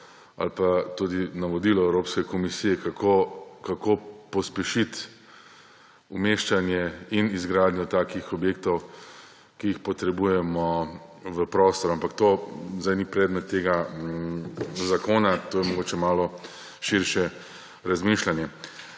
ali pa tudi navodilo Evropske komisije, kako pospešiti umeščanje in izgradnjo takih objektov, ki jih potrebujemo, v prostor. Ampak to zdaj ni predmet tega zakona, to je mogoče malo širše razmišljanje.